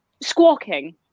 squawking